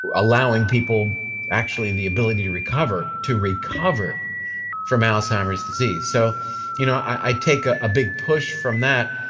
allowing people actually and the ability to recover, to recover from alzheimer's disease so you know i take a ah big push from that.